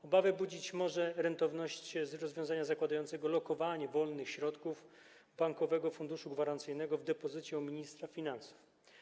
Obawę budzić może rentowność rozwiązania zakładającego lokowanie wolnych środków Bankowego Funduszu Gwarancyjnego w depozycie u ministra finansów.